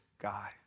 guy